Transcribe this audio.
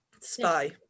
Spy